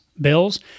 bills